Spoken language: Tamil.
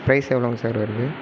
ப்ரைஸ் எவ்வளோங்க சார் வருது